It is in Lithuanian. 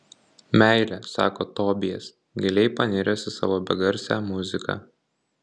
meilė sako tobijas giliai paniręs į savo begarsę muziką